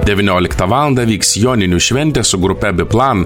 devynioliktą valandą vyks joninių šventė su grupe biplan